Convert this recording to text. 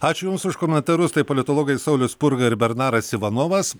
ačiū jums už komentarus tai politologai saulius spurga ir bernaras ivanovas